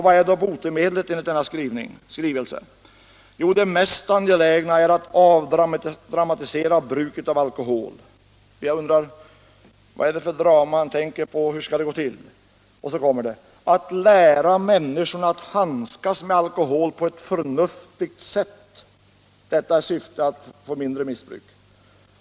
Vad är då botemedlet enligt denna motion? Det mest angelägna är att avdramatisera bruket av alkohol! Jag undrar: Vad är det för drama man tänker på, och hur skall det gå till? Så står det, att man skall lära människorna att handskas med alkohol på ett förnuftigt sätt i syfte att få mindre missbruk.